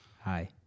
Hi